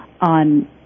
on